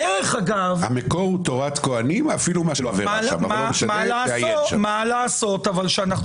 המקור הוא תורת כוהנים אפילו --- מה לעשות שאנחנו